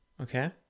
okay